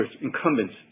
incumbents